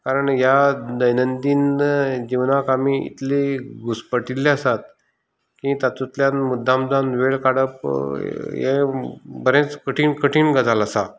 कारण ह्या दैनंदीन जिवनाक आमी इतली घुस्पट्टील्ले आसात की तातूंतल्यान मुद्दाम जावन वेळ काडप हे बरेंच कठीण कठीण गजाल आसा